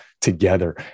together